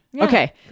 Okay